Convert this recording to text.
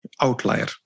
outlier